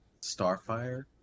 starfire